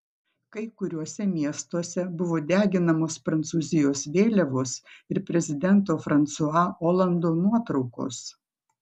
kai kuriuose miestuose buvo deginamos prancūzijos vėliavos ir prezidento fransua olando nuotraukos